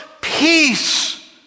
peace